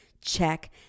Check